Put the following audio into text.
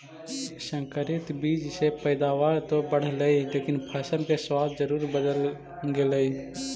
संकरित बीज से पैदावार तो बढ़लई लेकिन फसल के स्वाद जरूर बदल गेलइ